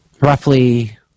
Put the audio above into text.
Roughly